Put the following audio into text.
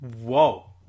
whoa